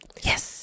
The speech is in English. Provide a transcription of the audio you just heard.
Yes